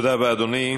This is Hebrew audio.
תודה רבה, אדוני.